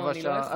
רבע שעה.